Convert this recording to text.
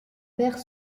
père